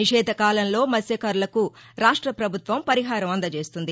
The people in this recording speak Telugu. నిషేధ కాలంలో మత్స్యకారులకు రాష్ట ప్రభుత్వం పరిహారం అందజేస్తుంది